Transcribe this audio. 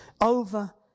over